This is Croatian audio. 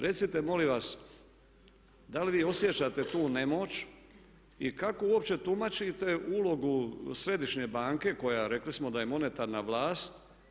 Recite molim vas da li vi osjećate tu nemoć i kako uopće tumačite ulogu središnje banke koja rekli smo da je monetarna vlast.